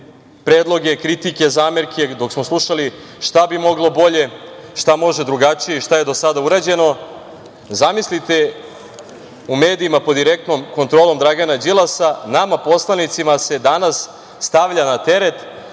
predloge, kritike, zamerke, dok smo slušali šta bi moglo bolje, šta može drugačije i šta je do sada urađeno, zamislite u medijima pod direktnom kontrolom Dragana Đilasa, nama poslanicima se danas stavlja na teret